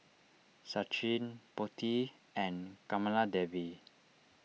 Sachin Potti and Kamaladevi